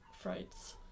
frights